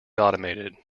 automated